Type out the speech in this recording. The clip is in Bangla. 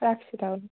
রাখছি তাহলে